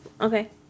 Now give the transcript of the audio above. Okay